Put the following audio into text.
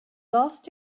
last